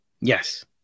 Yes